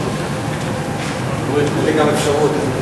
אין לי גם אפשרות.